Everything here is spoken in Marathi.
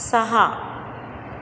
सहा